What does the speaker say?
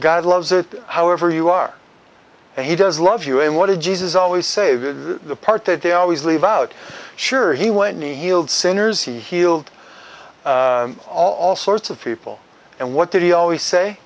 god loves it however you are and he does love you and what did jesus always say the part that they always leave out sure he went near healed sinners he healed all sorts of people and what did he always say